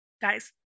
Guys